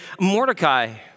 Mordecai